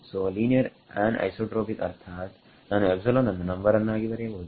ಸೋಲೀನಿಯರ್ anisotropic ಅರ್ಥಾತ್ ನಾನು ಅನ್ನು ನಂಬರನ್ನಾಗಿ ಬರೆಯಬಹುದು